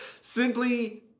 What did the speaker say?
Simply